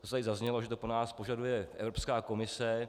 Tady zaznělo, že to po nás požaduje Evropská komise.